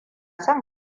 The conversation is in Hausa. son